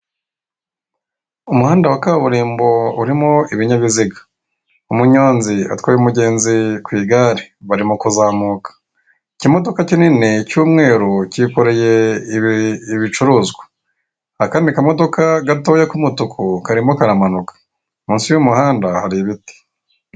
Umuhanda wa kaburimbo urimo ibinyabiziga, umunyonzi atwaye umugenzi ku igare barimo kuzamuka, ikimodoka kinini cy'umweru kikoreye ibicuruzwa. Akandi kamodoka gatoya k'umutuku karimo karamanuka, munsi y'umuhanda hari ibiti.